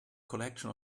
collection